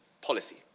policy